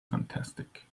fantastic